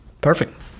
Perfect